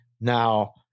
Now